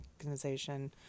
Organization